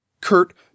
Kurt